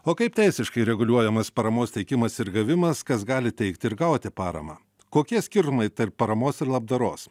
o kaip teisiškai reguliuojamas paramos teikimas ir gavimas kas gali teikti ir gauti paramą kokie skirtumai tarp paramos ir labdaros